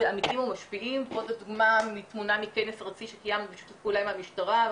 פה זה דוגמא לתמונה מכנס ארצי שקיימנו בשיתוף פעולה עם המשטרה,